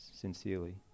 sincerely